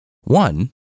One